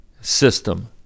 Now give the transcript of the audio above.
system